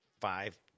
five